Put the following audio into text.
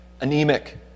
anemic